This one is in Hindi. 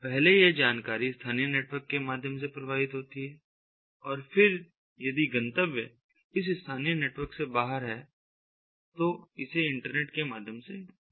पहले यह जानकारी स्थानीय नेटवर्क के माध्यम से प्रवाहित होती है और फिर यदि गंतव्य इस स्थानीय नेटवर्क के बाहर है तो इसे इंटरनेट के माध्यम से भेजा जाता है